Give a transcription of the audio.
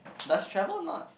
does travel not